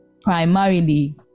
primarily